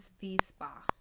V-Spa